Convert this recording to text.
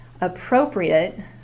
appropriate